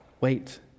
Wait